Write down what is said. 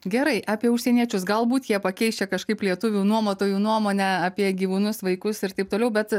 gerai apie užsieniečius galbūt jie pakeis čia kažkaip lietuvių nuomotojų nuomonę apie gyvūnus vaikus ir taip toliau bet